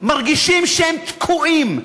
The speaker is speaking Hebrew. מרגישים שהם תקועים,